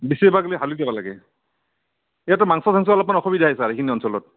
বেছি এভাগ লাগিলে হালিত যাবা লাগে ইয়াততো মাংস চাংছ অলপ অসুবিধাই ছাৰ এইখিনি অঞ্চলত